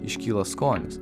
iškyla skonis